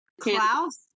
Klaus